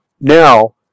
Now